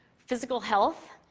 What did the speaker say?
physical health,